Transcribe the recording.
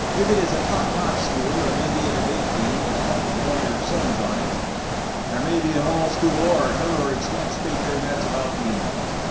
if it is a top-notch school or maybe a debate team with a couple of lawyers' sons on it there may be an all-school orator or extemp speaker and that's about the end of it.